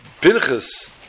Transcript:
Pinchas